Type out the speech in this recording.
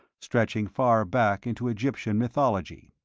stretching far back into egyptian mythology.